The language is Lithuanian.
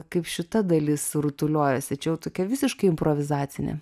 kaip šita dalis rutuliojasi čia jau tokia visiškai improvizacinė